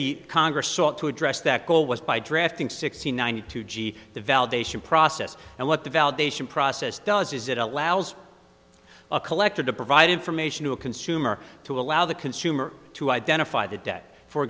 the congress sought to address that goal was by drafting six hundred ninety two g the validation process and what the validation process does is it allows a collector to provide information to a consumer to allow the consumer to identify the debt for